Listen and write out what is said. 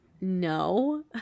No